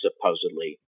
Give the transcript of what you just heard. supposedly